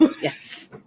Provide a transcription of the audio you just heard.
Yes